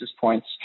points